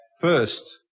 first